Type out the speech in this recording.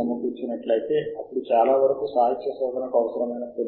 మనము చేస్తున్న రెండు వేర్వేరు సాహిత్య శోధనలను కలపడం నివారించవచ్చు